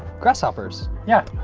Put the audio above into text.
grasshoppers. yeah.